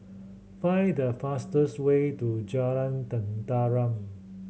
find the fastest way to Jalan Tenteram